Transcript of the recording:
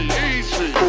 easy